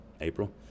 April